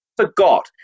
forgot